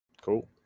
Cool